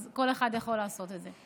אז כל אחד יכול לעשות את זה.